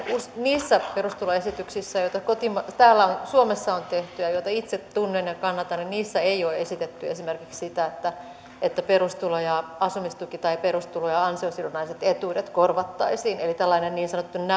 niissä perustuloesityksissä joita täällä suomessa on tehty ja joita itse tunnen ja kannatan ei ole esitetty esimerkiksi sitä että että perustulo ja asumistuki tai perustulo ja ansiosidonnaiset etuudet korvattaisiin eli olisi tällainen niin sanottu